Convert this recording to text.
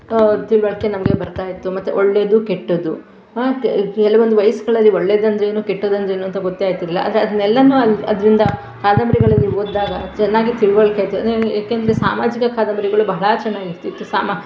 ತಿಳುವಳಿಕೆ ನಮಗೆ ಬರ್ತಾಯಿತ್ತು ಮತ್ತು ಒಳ್ಳೆಯದು ಕೆಟ್ಟದ್ದು ಕೆಲವೊಂದು ವಯಸ್ಸುಗಳಲ್ಲಿ ಒಳ್ಳೆಯದಂದ್ರೇನು ಕೆಟ್ಟದ್ದಂದ್ರೇನು ಅಂತ ಗೊತ್ತೇ ಆಗ್ತಿರಲಿಲ್ಲ ಆದರೆ ಅದನ್ನೆಲ್ಲಾ ಅದರಿಂದ ಕಾದಂಬರಿಗಳಲ್ಲಿ ಓದಿದಾಗ ಚೆನ್ನಾಗಿ ತಿಳುವಳಿಕೆ ಆಯಿತು ಅದ್ರಲ್ಲಿ ಯಾಕಂದ್ರೆ ಸಾಮಾಜಿಕ ಕಾದಂಬರಿಗಳು ಬಹಳ ಚೆನ್ನಾಗಿರ್ತಿತ್ತು ಸಾಮಾ